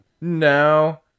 No